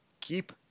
keep